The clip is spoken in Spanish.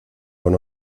con